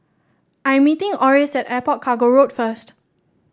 I'm meeting Orris at Airport Cargo Road first